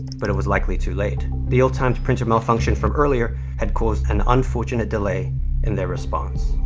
but, it was likely too late. the ill-timed printer malfunction from earlier had caused an unfortunate delay in their response.